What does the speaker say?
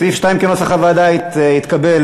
סעיף 2 כנוסח הוועדה התקבל.